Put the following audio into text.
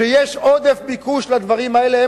ויש עודף ביקוש לדברים האלה.